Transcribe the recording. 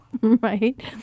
right